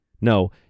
No